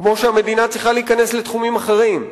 כמו שהמדינה צריכה להיכנס לתחומים אחרים,